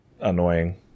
annoying